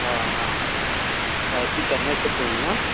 हाँ हाँ तरक्की करने छै पूर्णिया